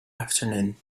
afternoon